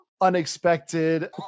unexpected